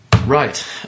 Right